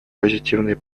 позитивные